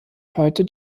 heute